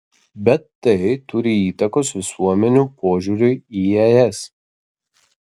bet tai turi įtakos visuomenių požiūriui į es